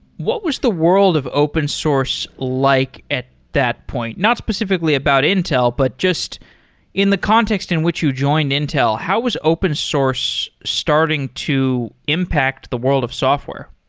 what was the world of open source like at that point? not specifically about intel, but just in the context in which you joined intel. how was open source starting to impact the world of software?